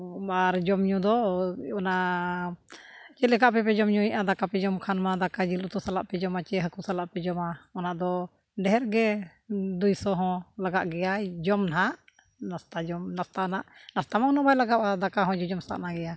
ᱟᱨ ᱡᱚᱢ ᱧᱩ ᱫᱚ ᱚᱱᱟ ᱪᱮᱫ ᱞᱮᱠᱟ ᱯᱮ ᱯᱮ ᱡᱚᱢ ᱧᱩᱭᱟ ᱫᱟᱠᱟ ᱯᱮ ᱡᱚᱢ ᱠᱷᱟᱱ ᱢᱟ ᱫᱟᱠᱟ ᱡᱤᱞ ᱩᱛᱩ ᱥᱟᱞᱟᱜ ᱯᱮ ᱡᱚᱢᱟ ᱪᱮᱫ ᱦᱟᱠᱩ ᱥᱟᱞᱟᱜ ᱯᱮ ᱡᱚᱢᱟ ᱚᱱᱟ ᱫᱚ ᱰᱷᱮᱨ ᱜᱮ ᱫᱩᱭᱥᱚ ᱦᱚᱸ ᱞᱟᱜᱟᱜ ᱜᱮᱭᱟ ᱡᱚᱢ ᱱᱟᱦᱟᱜ ᱱᱟᱥᱛᱟ ᱡᱚᱢ ᱱᱟᱥᱛᱟ ᱱᱟᱦᱟᱜ ᱱᱟᱥᱛᱟ ᱢᱟ ᱩᱱᱟᱹᱜ ᱵᱟᱭ ᱞᱟᱜᱟᱜᱼᱟ ᱫᱟᱠᱟ ᱦᱚᱸ ᱡᱚᱡᱚᱢ ᱥᱟᱵᱱᱟ ᱜᱮᱭᱟ